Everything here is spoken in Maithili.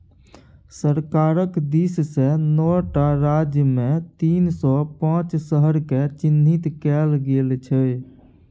सरकारक दिससँ नौ टा राज्यमे तीन सौ पांच शहरकेँ चिह्नित कएल गेल छै